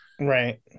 right